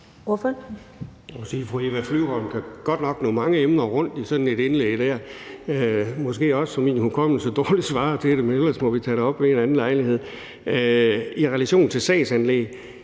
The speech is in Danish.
Jeg må sige, at fru Eva Flyvholm godt nok kan nå rundt om mange emner i sådan et indlæg her, måske også så mange, at min hukommelse dårligt kan følge med, men så må vi tage det op ved en anden lejlighed. I relation til sagsanlæg: